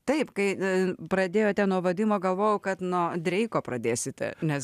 taip kai pradėjote nuo vadimo galvojau kad nuo dreiko pradėsite nes